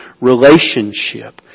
relationship